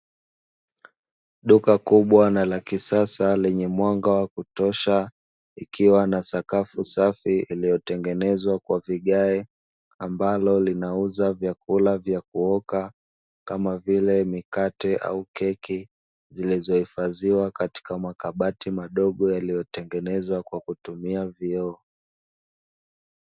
Duka kubwa na la kisasa lenye mwanga wa kutosha likiwa na sakafu safi iliyotengenezwa kwa vigae ambalo linauza vyakula vya kuoka kama vile: mikate au keki zilizohifadhiwa katika makabati madogo yaliyotengenezwa kwa kutumia vioo.